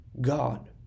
God